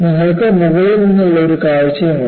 നിങ്ങൾക്ക് മുകളിൽ നിന്നുള്ള ഒരു കാഴ്ചയും ഉണ്ട്